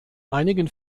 einigen